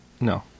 No